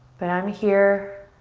but i'm here.